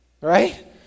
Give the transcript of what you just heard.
Right